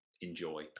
enjoy